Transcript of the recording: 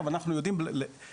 אז אנחנו יודעים להגיד,